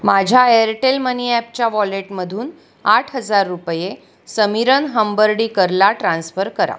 माझ्या एअरटेल मनी ॲपच्या वॉलेटमधून आठ हजार रुपये समीरन हंबर्डीकरला ट्रान्स्फर करा